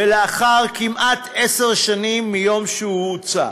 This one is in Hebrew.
ולאחר כמעט עשר שנים מהיום שהוא הוצע.